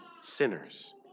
sinners